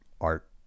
art